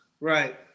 Right